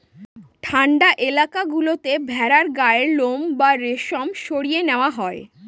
ঠান্ডা এলাকা গুলোতে ভেড়ার গায়ের লোম বা রেশম সরিয়ে নেওয়া হয়